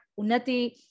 Unati